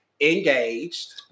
engaged